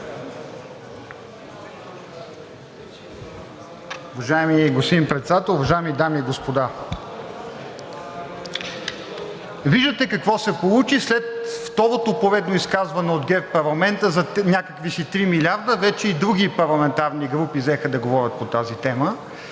Виждате какво се получи след второто поредно изказване от ГЕРБ в парламента за някакви си 3 милиарда. Вече и други парламентарни групи взеха да говорят по тази тема,